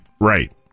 Right